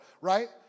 Right